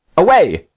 away,